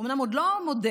אומנם עוד לא מודה,